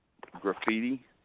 graffiti